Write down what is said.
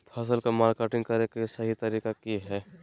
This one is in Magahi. फसल के मार्केटिंग करें कि सही तरीका की हय?